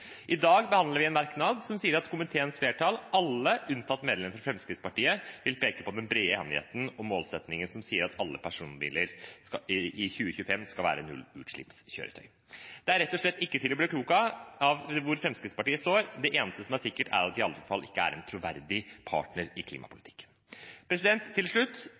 I dag behandler vi en merknad som sier at komiteens flertall – alle unntatt medlemmene fra Fremskrittspartiet – vil peke på den brede enigheten og målsettingen som sier at alle personbiler i 2025 skal være nullutslippskjøretøy. Det er rett og slett ikke til å bli klok på hvor Fremskrittspartiet står. Det eneste som er sikkert, er at de i alle fall ikke er en troverdig partner i klimapolitikken. Til slutt: